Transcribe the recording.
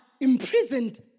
imprisoned